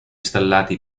installati